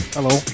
Hello